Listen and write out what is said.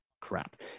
crap